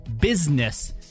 business